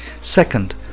Second